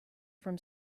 from